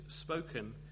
spoken